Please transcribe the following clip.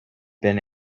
been